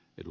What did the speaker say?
edu